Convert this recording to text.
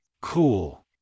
Cool